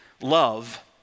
love